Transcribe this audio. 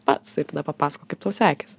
pats ir tada papasakok kaip tau sekės